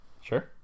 Sure